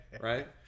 Right